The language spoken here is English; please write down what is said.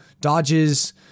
Dodges